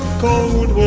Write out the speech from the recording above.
code,